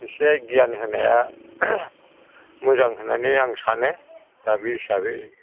एसे गियान होनाया मोजां होन्नानै आं सानो दा बे हिसाबै